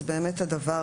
אז באמת הדבר